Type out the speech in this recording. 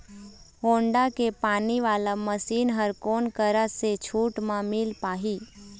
Honda के पानी वाला मशीन हर कोन करा से छूट म मिल पाही?